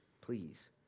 please